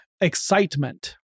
excitement